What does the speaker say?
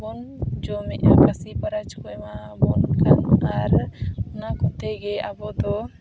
ᱵᱚᱱ ᱡᱚᱢᱮᱫ ᱠᱚᱣᱟ ᱠᱷᱟᱥᱤ ᱯᱟᱨᱟᱡᱽ ᱠᱚ ᱮᱢᱟᱣ ᱵᱚᱱ ᱠᱟᱱᱟ ᱟᱨ ᱚᱱᱟ ᱠᱚᱛᱮᱜᱮ ᱟᱵᱚ ᱫᱚ